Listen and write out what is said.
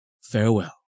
Farewell